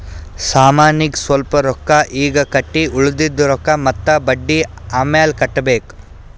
ಸಾಮಾನಿಗ್ ಸ್ವಲ್ಪ್ ರೊಕ್ಕಾ ಈಗ್ ಕಟ್ಟಿ ಉಳ್ದಿದ್ ರೊಕ್ಕಾ ಮತ್ತ ಬಡ್ಡಿ ಅಮ್ಯಾಲ್ ಕಟ್ಟಬೇಕ್